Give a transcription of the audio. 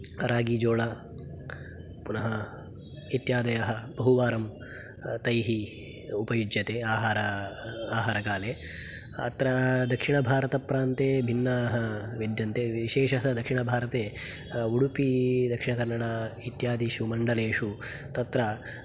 राजि जोल पुनः इत्यादयः बहुवारं तैः उपयुज्यते आहार आहारकाले अत्रा दक्षिणभारतप्रान्ते भिन्नाः विद्यन्ते विशेष स दक्षिणभारते उडुपी दक्षिणकन्नडा इत्यादिषु मण्डलेषु तत्र